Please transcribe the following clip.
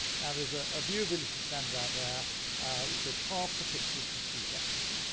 now there's a ah viewability standard out there which says half the pixels for two seconds.